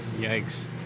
Yikes